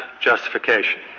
justification